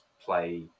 play